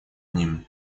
ним